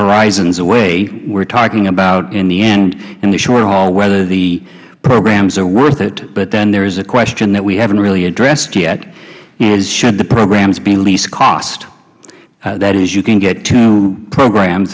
horizons away we are talking about in the end in the short haul whether the programs are worth it but then there is a question that we haven't really addressed yet is should the programs be least cost that is you can get two programs